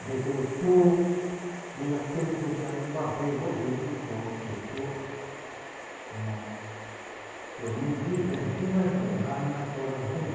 Deke utoo abike ateng utoo cɛ ungo uba ubee ugɛ ungo ubee ubin ku utonga ungo utsu utoo ha mɔ tɔ umɛn igu ibɛn abina abinghamɛn ra kɔ ra adu